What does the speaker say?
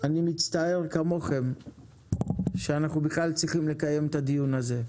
אני מצטער כמוכם שאנחנו בכלל צריכים לקיים את הדיון הזה.